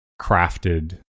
crafted